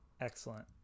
Excellent